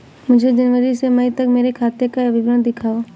मुझे जनवरी से मई तक मेरे खाते का विवरण दिखाओ?